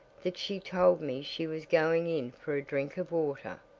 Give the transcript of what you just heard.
that she told me she was going in for a drink of water,